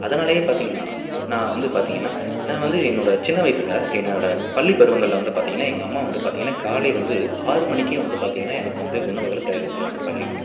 அதனாலேயே பார்த்திங்கன்னா நான் வந்து பார்த்திங்கன்னா நான் வந்து என்னோடய சின்ன வயசில் என்னோடய பள்ளி பருவங்களில் வந்து பார்த்திங்கன்னா எங்கள் அம்மா வந்து பார்த்திங்கன்னா காலை வந்து ஆறு மணிக்கே வந்து பார்த்திங்கன்னா எனக்கு வந்து உணவுகளை தயாரித்துருவாங்க பள்ளிக்கு